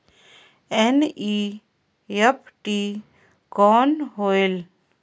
NEFT कौन होएल?